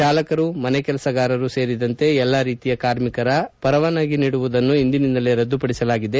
ಚಾಲಕರು ಮನೆಕೆಲಸಗಾರರು ಸೇರಿದಂತೆ ಎಲ್ಲಾ ರೀತಿಯ ಕಾರ್ಮಿಕರ ಪರವಾನಗಿ ನೀಡುವುದನ್ನೂ ಇಂದಿನಿಂದಲೇ ರದ್ದುಪಡಿಸಲಾಗಿದೆ